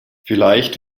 vielleicht